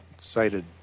cited